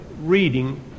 reading